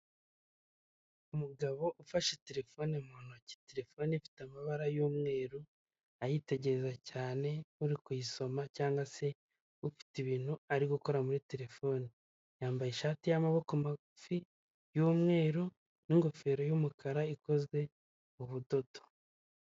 Umugabo ufashe telefone mu ntoki, telefone ifite amabara y'umweru, ayitegereza cyane nk'uri kuyisoma cyangwa se ufite ibintu ari gukora muri telefone, yambaye ishati y'amaboko magufi y'umweru n'ingofero y'umukara ikozwe mu budodo.